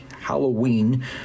Halloween